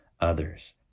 others